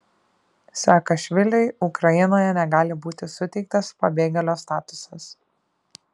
saakašviliui ukrainoje negali būti suteiktas pabėgėlio statusas